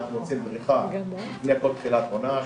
לפני כל תחילת עונה.